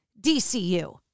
DCU